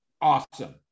Awesome